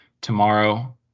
tomorrow